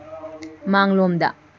ꯃꯥꯡꯂꯣꯝꯗ